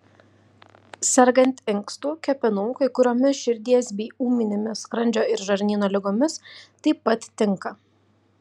sergant inkstų kepenų kai kuriomis širdies bei ūminėmis skrandžio ir žarnyno ligomis taip pat tinka